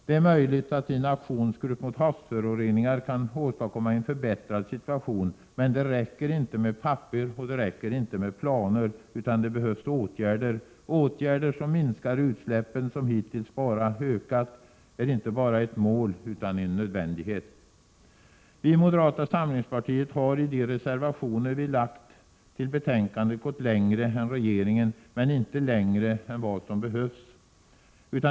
Det är möjligt att er aktionsgrupp mot havsföroreningar kan åstadkomma en förbättrad situation, men det räcker inte med papper och planer, utan det behövs åtgärder. Åtgärder som minskar utsläppen, vilka hittills bara ökat, är inte bara ett mål utan en nödvändighet. Vi i moderata samlingspartiet har i de reservationer vi fogat till betänkandet gått längre än regeringen, men inte längre än vad som behövs.